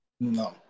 No